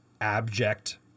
abject